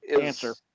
Answer